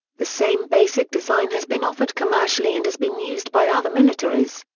the same basic design has been offered commercially and has been used by other militaries.